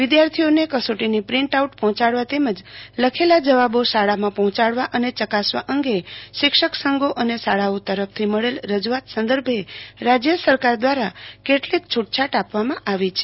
વિદ્યાર્થીઓને કસોટીની print out પહોંચાડવા તેમજ લખેલા જવાબો શાળામાં પહોંચાડવા અને ચકાસવા અંગે શિક્ષક સંઘો અને શાળાઓ તરફથી મળેલ રજ્જઆત સંદર્ભે રાજ્ય સરકાર દ્વારા કેટલીક છૂટછાટ આપવામાં આવી છે